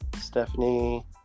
Stephanie